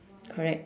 correct